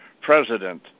President